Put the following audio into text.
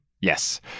yes